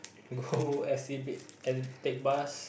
go S_C_B take bus